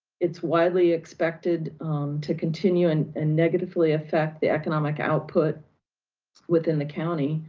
it's widely expected to continue and and negatively affect the economic output within the county.